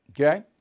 Okay